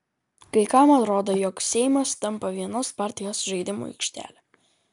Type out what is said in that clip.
kai kam atrodo jog seimas tampa vienos partijos žaidimų aikštele